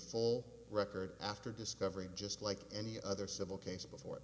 full record after discovery just like any other civil case before i